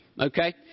Okay